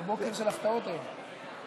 זה בוקר של הפתעות היום.